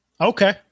Okay